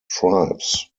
tribes